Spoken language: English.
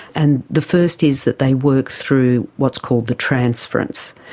and the first is that they work through what is called the transference.